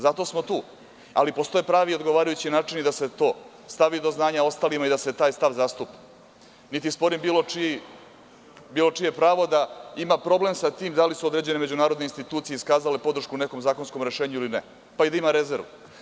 Zato smo tu, ali postoji i odgovarajući način da se to stavi do znanja ostalima i da se taj stav zastupa, niti sporim bilo čije pravo da ima problem sa tim da li su određene međunarodne institucije iskazale podršku u nekom zakonskom rešenju ili ne, pa i da ima rezervu.